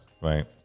right